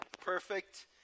perfect